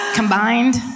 combined